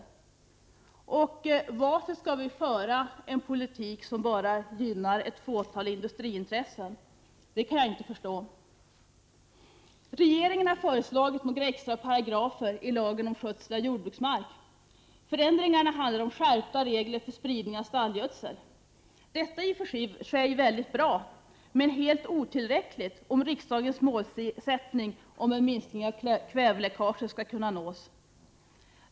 Jag kan inte förstå varför vi skall föra en politik som bara gynnar ett fåtal industriintressen. Regeringen har föreslagit några extra paragrafer till lagen om skötsel av jordbruksmark. Förändringarna innebär skärpta regler för spridning av stallgödsel. Detta är i och för sig bra, men helt otillräckligt om riksdagens målsättning om en minskning av kväveläckaget skall kunna uppnås.